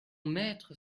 maître